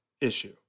issue